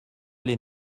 les